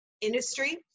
industry